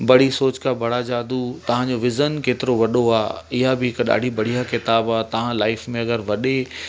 बड़ी सोच का बड़ा जादू तव्हां जो विज़न केतिरो वॾो आहे इहा बि हिकु ॾाढी बढ़िया किताबु आहे तव्हां लाइफ में अगरि वॾे